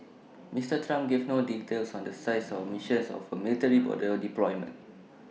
Mister Trump gave no details on the size or mission of A military border deployment